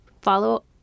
follow